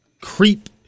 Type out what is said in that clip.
Creep